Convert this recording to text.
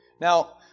Now